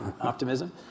optimism